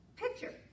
Picture